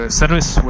service